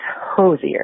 Hosier